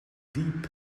deep